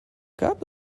gab